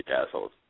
assholes